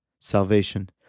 salvation